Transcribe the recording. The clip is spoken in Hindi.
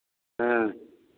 हाँ